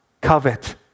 covet